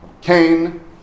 Cain